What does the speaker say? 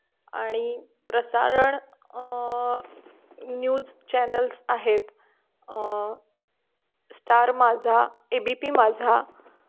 आणि प्रसारण news channels आहेत star Majha A B P माझा